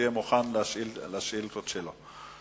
שיהיה מוכן לשאילתות שלו.